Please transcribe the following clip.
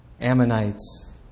Ammonites